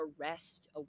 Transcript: arrest